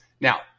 Now